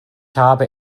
habe